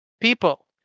people